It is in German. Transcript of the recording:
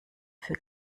für